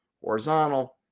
horizontal